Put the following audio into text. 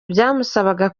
byamusabaga